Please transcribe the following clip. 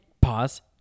pause